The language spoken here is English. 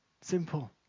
Simple